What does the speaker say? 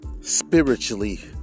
Spiritually